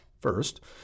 First